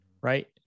Right